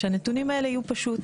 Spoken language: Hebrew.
שהנתונים האלה יהיו פשוט